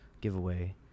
Giveaway